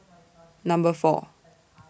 Number four